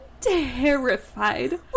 terrified